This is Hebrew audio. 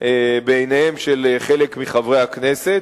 בעיניהם של חלק מחברי הכנסת.